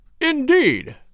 Indeed